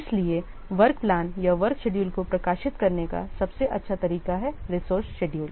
इसलिए work plan या work schedule को प्रकाशित करने का सबसे अच्छा तरीका हैं रिसोर्स शेड्यूल